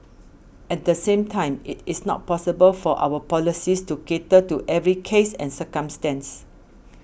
at the same time it is not possible for our policies to cater to every case and circumstance